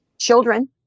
Children